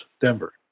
Denver